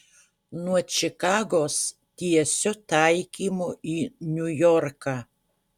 nuo čikagos tiesiu taikymu į niujorką